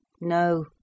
No